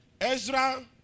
Ezra